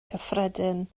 cyffredin